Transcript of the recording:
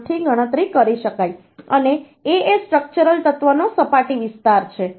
3 થી ગણતરી કરી શકાય છે અને A એ સ્ટ્રક્ચરલ તત્વનો સપાટી વિસ્તાર છે